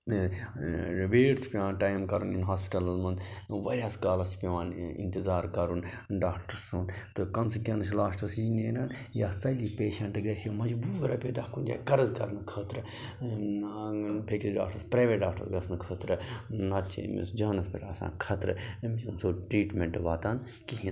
weight چھِ پٮ۪وان time کَرُن یِم ہاسپِٹَلَن منٛز واریاہَس کالَس چھِ پٮ۪وان انتظار کَرُن ڈاکٹَر سُنٛد تہٕ کانسِکیونٕس چھِ لاسٹَس یی نیران یا ژَلہِ یہِ پیشنٛٹ گژھِ یہِ مجبوٗر رۄپیہِ دَہ کُنہِ جایہِ قرض کرنہٕ خٲطرٕ بیٚکِس ڈاکٹَرَس پرٛایویٹ ڈاکٹَرس گژھنہٕ خٲطرٕ نَتہٕ چھِ أمِس جانَس پٮ۪ٹھ آسان خطرٕ أمِس چھِنہٕ سُہ ٹرٛیٖٹمٮ۪نٛٹ واتان کِہیٖنۍ